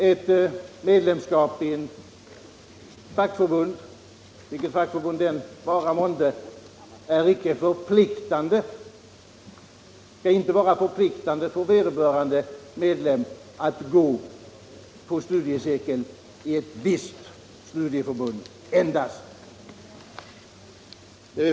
Ett medlemskap i ett fackförbund — vilket fackförbund det än vara månde — skall inte vara förpliktande för vederbörande medlem att delta i studiecirkel endast i ett visst studieförbund.